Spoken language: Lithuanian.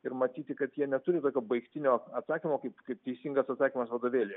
ir matyti kad jie neturi tokio baigtinio atsakymo kaip kaip teisingas atsakymas vadovėlyje